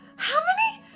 how many?